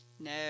No